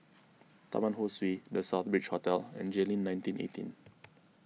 Taman Ho Swee the Southbridge Hotel and Jayleen nineteen eighteen